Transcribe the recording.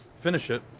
finish it,